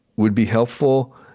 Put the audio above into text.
would be helpful.